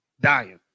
dying